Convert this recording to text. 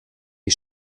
die